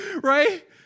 right